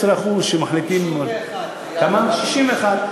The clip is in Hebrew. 16% 61%. 61%,